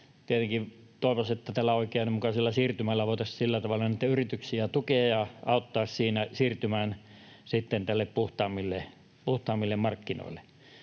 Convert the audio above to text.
tietenkin toivoisi, että tällä oikeudenmukaisella siirtymällä voitaisiin sillä tavalla niitä yrityksiä tukea ja auttaa siirtymään puhtaammille markkinoille.